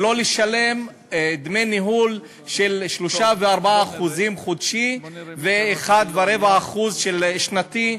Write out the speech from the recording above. ולא לשלם דמי ניהול של 3% ו-4% חודשי ו-1.25% שנתי,